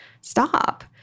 stop